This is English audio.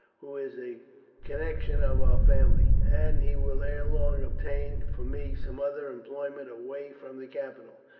who is a connection of our family, and he will ere long obtain for me some other employment away from the capital.